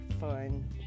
fun